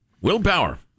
Willpower